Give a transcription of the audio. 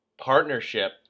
partnership